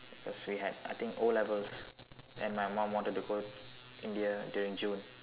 cause we had I think O-levels and my mum wanted to go India during June